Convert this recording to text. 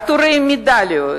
עטורי מדליות,